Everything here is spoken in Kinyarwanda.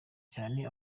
cyane